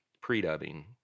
pre-dubbing